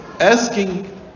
asking